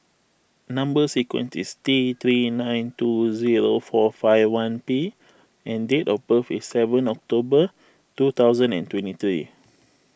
Number Sequence is T three nine two zero four five one P and date of birth is seven October two thousand and twenty three